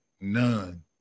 none